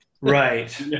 right